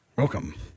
welcome